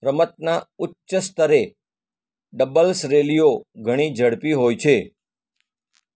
રમતનાં ઉચ્ચ સ્તરે ડબલ્સ રેલીઓ ઘણી ઝડપી હોય છે